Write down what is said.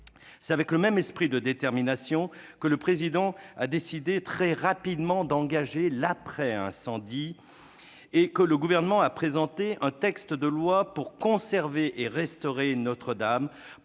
C'est avec le même esprit de détermination que le Président a décidé très rapidement d'engager « l'après-incendie » et que le Gouvernement a présenté un texte de loi pour conserver et restaurer Notre-Dame,